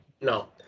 no